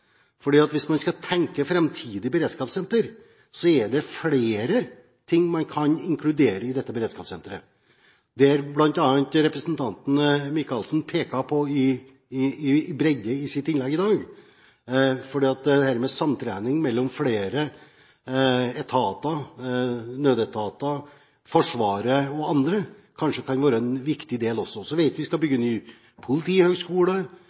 Hvis man skal tenke framtidig beredskapssenter, er det flere ting man kan inkludere i det. Representanten Michaelsen pekte på bredde i sitt innlegg i dag, fordi dette med samtrening mellom flere etater – nødetater, Forsvaret og andre – kanskje også kan være en viktig del. Så vet vi at vi skal